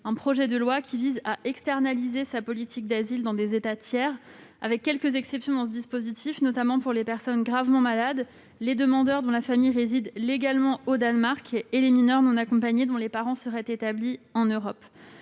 un projet de loi qui vise à externaliser sa politique d'asile dans des États tiers, avec quelques exceptions dans ce dispositif, notamment pour les personnes gravement malades, les demandeurs dont la famille réside légalement au Danemark et les mineurs non accompagnés dont les parents seraient établis en Europe.